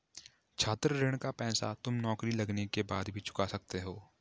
छात्र ऋण का पैसा तुम नौकरी लगने के बाद भी चुका सकते हो